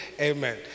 Amen